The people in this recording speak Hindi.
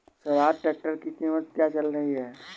स्वराज ट्रैक्टर की कीमत क्या चल रही है?